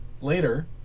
later